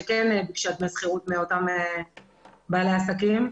שכן מבקשות דמי שכירות מאותם בעלי עסקים.